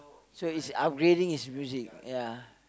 so it's upgrading his music ya